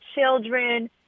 children